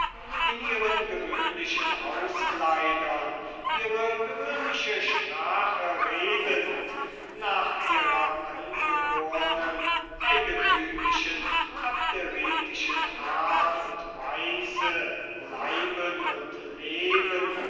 in ihren gewöhnlichen hauskleidern ihre gewöhnliche sprache redend nach ihrer angebornen eigentümlichen abderitischen art und weise leiben und leben